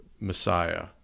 Messiah